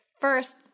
first